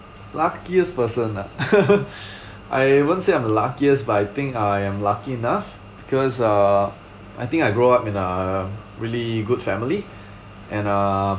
luckiest person ah I won't say I'm the luckiest but think I am lucky enough because uh I think I grew up in a really good family and uh